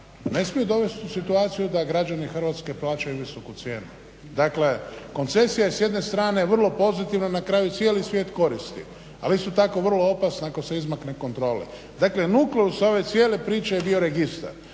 ne smiju dovest u situaciju da građani Hrvatske plaćaju visoku cijenu. Dakle koncesija je s jedne strane vrlo pozitivna, na kraju cijeli svijet koristi, ali isto tako vrlo opasna ako se izmakne kontroli. Dakle nukleus ove cijele priče je bio registar.